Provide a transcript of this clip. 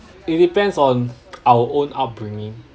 it depends on our own upbringing